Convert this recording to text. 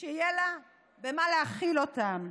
שיהיה לה במה להאכיל אותם.